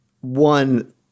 one